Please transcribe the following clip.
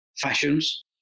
fashions